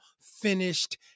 finished